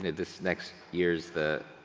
this next year's the,